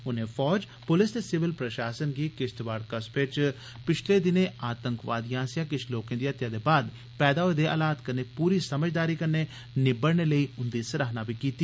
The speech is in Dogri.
उनें फौज पुलस ते सिविल प्रशासन गी किश्तवाड़ कस्बे च पिछले दिनें आतंकवादिएं आस्सेआ किश लोकें दी हत्या दे बाद पैदा होए दे हालात कन्नै पूरी समझदारी कन्ने निब्बड़ने लेई उंदी सराहना बी कीती